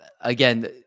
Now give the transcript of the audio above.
again